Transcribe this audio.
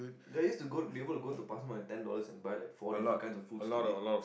that is to go be able to go to pasar malam ten dollars and buy like four different kinds of food to eat